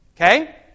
Okay